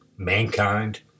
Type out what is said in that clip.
Mankind